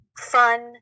fun